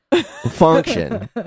function